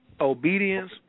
Obedience